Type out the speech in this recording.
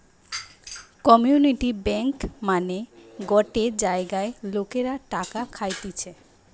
community bank মানে গটে জায়গার লোকরা টাকা খাটতিছে